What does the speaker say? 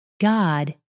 God